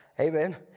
amen